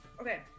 Okay